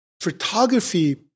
Photography